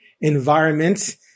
environment